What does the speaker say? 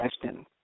question